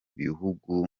bihugu